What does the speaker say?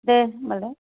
दे होनबालाय